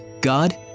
God